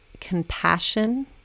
compassion